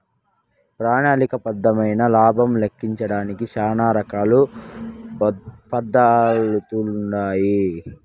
ప్రణాళిక బద్దమైన లాబం లెక్కించడానికి శానా రకాల పద్దతులుండాయి